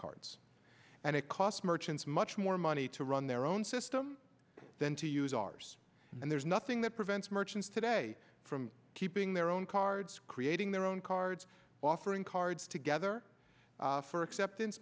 cards and it cost merchants much more money to run their own system than to use ours and there's nothing that prevents merchants today from keeping their own cards creating their own cards offering cards together for acceptance